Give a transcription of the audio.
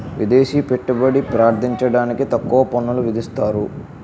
విదేశీ పెట్టుబడి ప్రార్థించడానికి తక్కువ పన్నులు విధిస్తారు